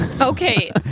Okay